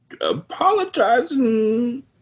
apologizing